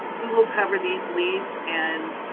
who will cover these leaves and